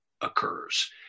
occurs